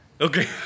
Okay